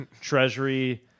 Treasury